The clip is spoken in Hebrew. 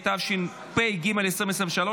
התשפ"ג 2023,